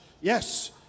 Yes